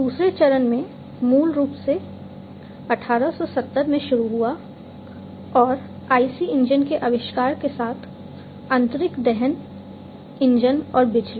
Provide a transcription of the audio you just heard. दूसरे चरण में मूल रूप से 1870 में शुरू हुआ और IC इंजन के आविष्कार के साथ आंतरिक दहन इंजन और बिजली